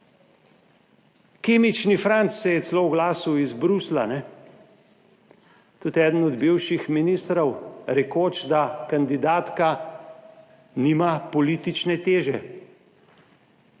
Kemični Franc se je celo oglasil iz Bruslja, ne, tudi eden od bivših ministrov, rekoč, da kandidatka nima politične teže.